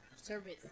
Service